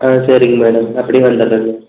ஆ சரிங்க மேடம் அப்படியே வந்துர்றங்க